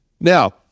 Now